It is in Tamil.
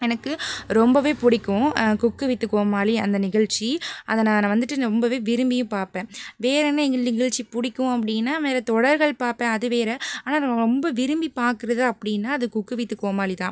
எனக்கு ரொம்பவே பிடிக்கும் குக்கூ வித் கோமாளி அந்த நிகழ்ச்சி அதை நான் வந்துட்டு ரொம்பவே விரும்பியும் பார்ப்பேன் வேறென்ன நிக நிகழ்ச்சி புடிக்கும் அப்படினா வேறு தொடர்கள் பார்ப்பேன் அது வேறு ஆனால் நான் ரொம்ப விரும்பி பார்க்குறது அப்டின்னா அது குக்கூ வித் கோமாளி தான்